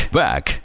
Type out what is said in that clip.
back